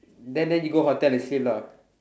then then you go hotel and sleep lah